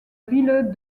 ville